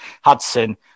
Hudson